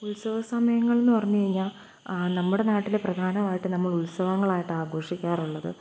ഉത്സവ സമയങ്ങളെന്നു പറഞ്ഞുകഴിഞ്ഞാല് നമ്മുടെ നാട്ടിലെ പ്രധാനമായിട്ട് നമ്മളുത്സവങ്ങളായിട്ട് ആഘോഷിക്കാറുള്ളത്